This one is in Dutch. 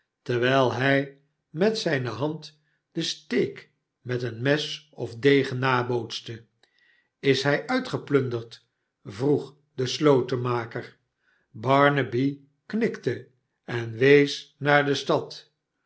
terwijl frij met zijne hand den steek met een mes of degen nabootste i s hij uitgeplunderd vroeg de slotenmaker barnaby knikte en wees naar de stad